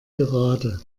gerade